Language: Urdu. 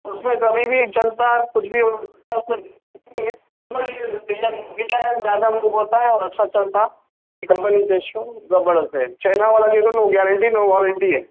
اُس میں كبھی بھی چلتا ہے کچھ بھی ہو سکتا ہے اور اچھا چلتا کمپنی کیشیو زبردست ہے چائنا والا لیا تو نو گارنٹی نو وارنٹی ہے